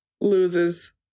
Loses